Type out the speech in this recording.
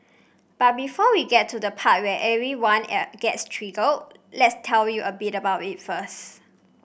but before we get to the part where everyone gets triggered let's tell you a bit about it first